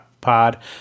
pod